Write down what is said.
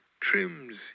trims